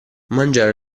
mangiare